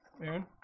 Aaron